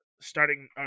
starting